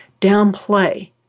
downplay